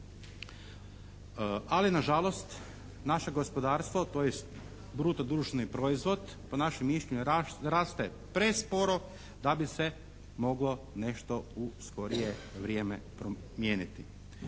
Ali nažalost naše gospodarstvo, tj. bruto društveni proizvod po našem mišljenju raste presporo da bi se moglo nešto u skorije vrijeme promijeniti.